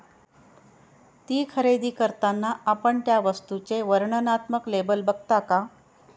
ती खरेदी करताना आपण त्या वस्तूचे वर्णनात्मक लेबल बघता का?